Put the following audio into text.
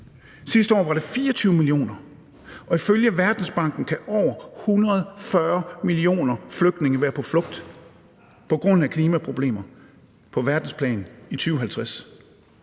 Sidste år var det 24 millioner. Og ifølge Verdensbanken kan over 140 millioner flygtninge være på flugt på grund af klimaproblemer på verdensplan i 2050.